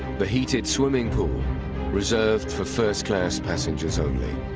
the heated swimming pool reserved for first-class passengers only.